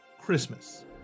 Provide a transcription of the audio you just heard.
Christmas